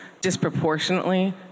disproportionately